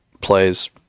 plays